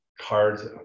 cards